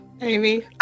Amy